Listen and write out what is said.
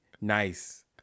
Nice